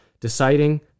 deciding